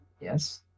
Yes